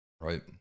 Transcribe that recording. Right